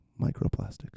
microplastic